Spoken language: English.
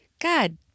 god